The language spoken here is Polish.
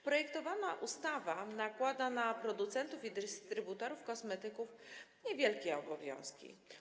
Projektowana ustawa nakłada na producentów i dystrybutorów kosmetyków niewielkie obowiązki.